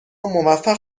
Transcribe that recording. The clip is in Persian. موفق